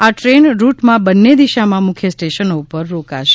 આ ટ્રેન રૂટમાં બન્ને દિશામાં મુખ્ય સ્ટેશનો પર રોકાશે